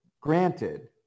granted